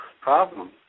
problem